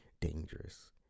dangerous